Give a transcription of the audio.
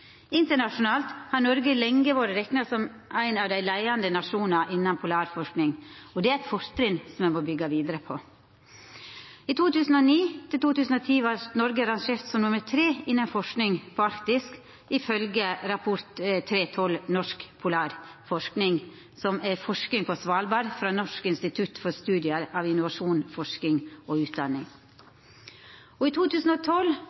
Internasjonalt har Noreg lenge vore rekna som ein av dei leiande nasjonane innanfor polarforsking, og det er eit fortrinn som me må byggja vidare på. I 2009–2010 var Noreg rangert som nr. 3 innanfor forsking på Arktis, ifølgje rapport 3/12, «Norsk polarforskning – forskning på Svalbard», frå Norsk institutt for studier av innovasjon, forskning og utdanning. Og i 2012